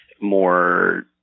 more